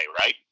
right